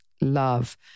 love